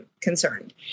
concerned